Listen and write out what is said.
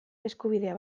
eskubidea